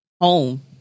home